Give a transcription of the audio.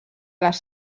les